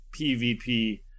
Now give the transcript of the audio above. PvP